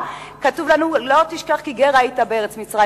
כתוב: לא תשכח כי גר היית בארץ מצרים.